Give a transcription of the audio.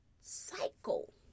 cycle